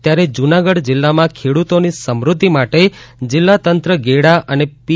ત્યારે જૂનાગઢ જિલ્લામાં ખેડૂતોની સમૃધ્ધિ માટે જિલ્લા તંત્ર ગેડા અને પી